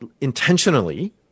intentionally